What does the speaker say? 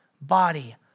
body